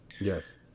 yes